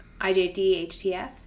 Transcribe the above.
IJDHTF